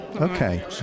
Okay